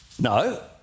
No